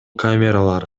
камералар